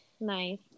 Nice